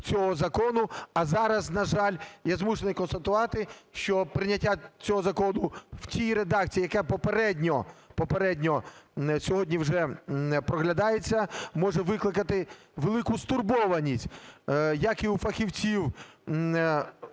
а зараз, на жаль, я змушений констатувати, що прийняття цього закону в тій редакції, яка попередньо, попередньо сьогодні вже проглядається, може викликати велику стурбованість як і у фахівців